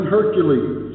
Hercules